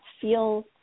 feel